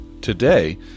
Today